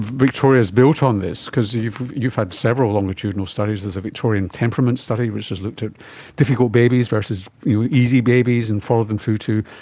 victoria is built on this because you've you've had several longitudinal studies, victorian temperament study which has looked at difficult babies versus easy babies and followed them through to